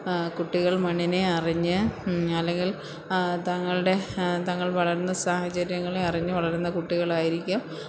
കുട്ടികള് മണ്ണിനെ അറിഞ്ഞ് അല്ലെങ്കില് തങ്ങളുടെ തങ്ങള് വളര്ന്ന സാഹചര്യങ്ങളെ അറിഞ്ഞ് വളരുന്ന കുട്ടികളായിരിക്കും